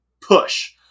Push